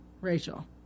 Rachel